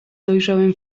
dojrzałem